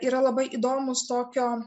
yra labai įdomūs tokio